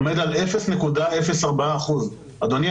אדוני,